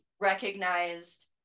recognized